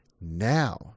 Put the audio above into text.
now